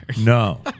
No